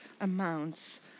amounts